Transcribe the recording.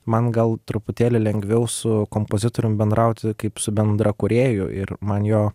man gal truputėlį lengviau su kompozitorium bendrauti kaip su bendrakūrėju ir man jo